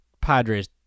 Padres